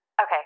Okay